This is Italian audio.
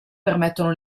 permettono